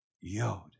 Yod